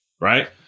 right